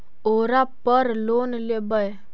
ओरापर लोन लेवै?